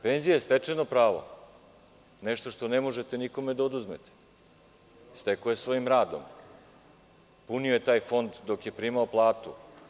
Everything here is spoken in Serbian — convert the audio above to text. Penzija je stečeno pravo, nešto što ne možete nikome da oduzmete, stekao je svojim radom, punio je taj fond dok je primao platu.